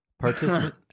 participant